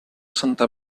santa